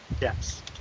Yes